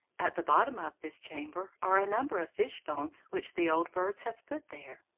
at the bottom of this chamber are a number of fish bones which the old birds have put there.